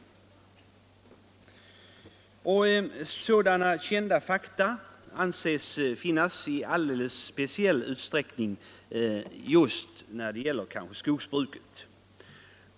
Sådana kända fakta anses föreligga i alldeles speciell utsträckning i fråga om skogsbruket.